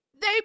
They